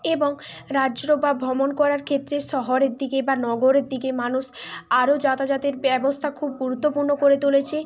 এবং বা ভ্রমণ করার ক্ষেত্রে শহরের দিকে বা নগরের দিকে মানুষ আরও যাতায়াতের ব্যবস্থা খুব গুরুত্বপূর্ণ করে তুলেছে